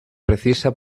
precisa